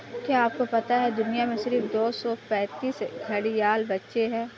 क्या आपको पता है दुनिया में सिर्फ दो सौ पैंतीस घड़ियाल बचे है?